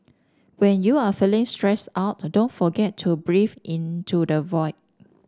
when you are feeling stressed out don't forget to breathe into the void